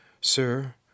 Sir